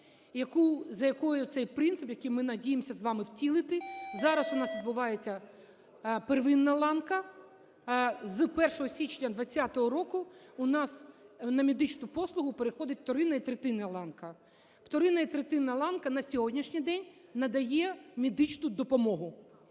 за якою цей принцип, який ми надіємося з вами втілити. Зараз у нас відбувається первинна ланка, з 1 січня 20-го року у нас на медичну послугу переходить вторинна і третинна ланка. Вторинна і третинна ланка на сьогоднішній день надає медичну допомогу.